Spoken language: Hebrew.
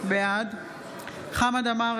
בעד חמד עמאר,